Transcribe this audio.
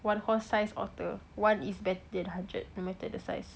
one horse-sized otter one is better than a hundred no matter the size